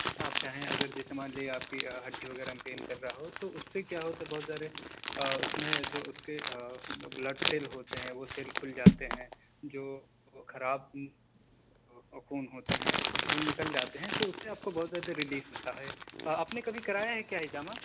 آپ چاہیں اگر جیسے مان لیجیے آپ کی ہڈی وغیرہ میں پین کر رہا ہو تو اس سے کیا ہوتا ہے بہت بار اس میں جو اس کے بلڈ سیل ہوتے ہیں وہ سیل کھل جاتے ہیں جو خراب خون ہوتے ہیں وہ خون نکل جاتے ہیں تو اس سے آپ کو بہت زیادہ ریلیف ملتا ہے آپ نے کبھی کرایا ہے حجامہ